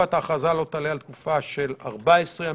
תקופת ההכרזה לא תעלה על תקופה של 14 ימים.